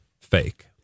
fake